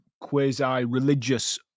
quasi-religious